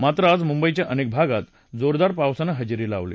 मात्र आज मुंबईच्या अनेक भागात जोरदार पावसानं हजेरी लावली